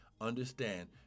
Understand